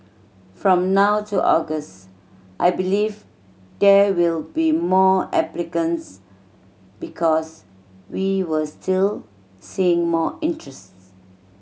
from now to August I believe there will be more applicants because we were still seeing more interests